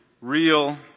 real